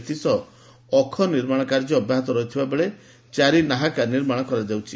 ଏଥିସହ ଅଖ ନିର୍ମାଣ କାର୍ଯ୍ୟ ଅବ୍ୟାହତ ରହିଥିବା ବେଳେ ଚାରିନାହାକା ନିର୍ମାଶ କରାଯାଉଛି